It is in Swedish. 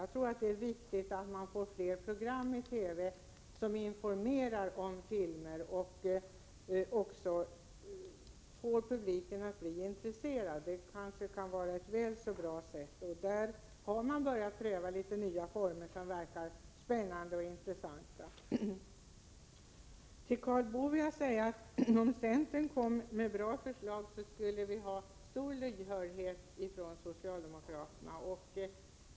Det är viktigt att man får fler program i TV som informerar om filmer och därmed också får publiken intresserad. I det avseendet har man ju också börjat pröva litet nya former som verkar spännande och intressanta. Om centern kom med bra förslag, Karl Boo, skulle vi socialdemokrater vara mycket lyhörda.